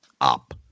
up